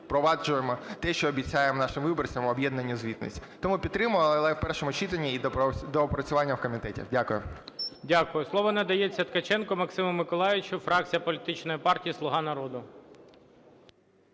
впроваджуємо те, що обіцяємо нашим виборцям, – об'єднану звітність. Тому підтримуємо, але в першому читанні, і доопрацювання в комітеті. Дякую. ГОЛОВУЮЧИЙ. Дякую. Слово надається Ткаченко Максиму Миколайовичу, фракція політичної партії "Слуга народу".